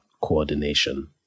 coordination